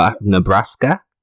Nebraska